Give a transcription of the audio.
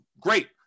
Great